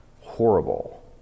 horrible